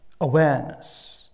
awareness